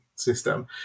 system